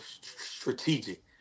strategic